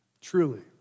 Truly